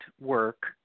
work